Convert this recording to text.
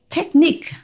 Technique